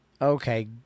okay